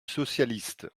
socialiste